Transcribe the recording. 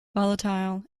volatile